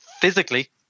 physically